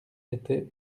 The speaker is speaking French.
était